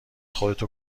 خودتو